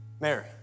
Mary